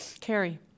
Carrie